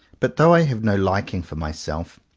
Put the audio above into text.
but though i have no liking for myself,